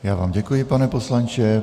Já vám děkuji, pane poslanče.